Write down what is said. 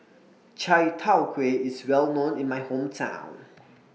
Chai Tow Kuay IS Well known in My Hometown